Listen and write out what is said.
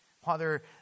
Father